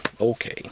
okay